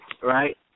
right